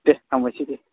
दे हामबायसै दे